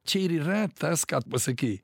čia ir yra tas ką tu pasakei